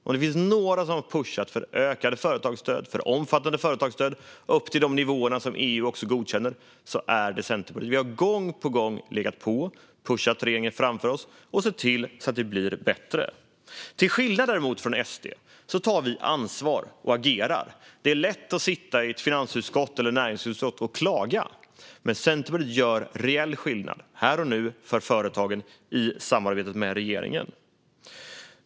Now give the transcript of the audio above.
Om det är någon som har pushat för ökade och omfattande företagsstöd, upp till de nivåer som EU godkänner, är det Centerpartiet. Vi har gång på gång legat på och pushat regeringen framför oss och sett till att det blir bättre. Till skillnad från Sverigedemokraterna tar vi ansvar och agerar. Det är lätt att sitta i ett finansutskott eller näringsutskott och klaga. Centerpartiet gör dock reell skillnad här och nu för företagen i samarbetet med regeringen.